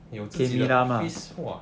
有几的 freeze 话